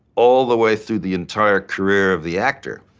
all the way through the entire career of the actor.